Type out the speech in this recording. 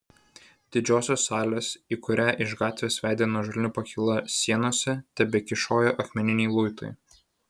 didžiosios salės į kurią iš gatvės vedė nuožulni pakyla sienose tebekyšojo akmeniniai luitai